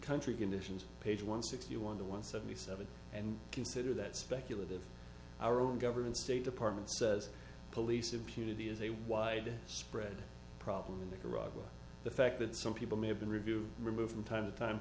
conditions page one sixty one the one seventy seven and consider that speculative our own government state department says police impunity is a wide spread problem in the iraq war the fact that some people may have been review removed from time to time